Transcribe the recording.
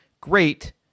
great